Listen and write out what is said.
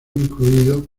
incluido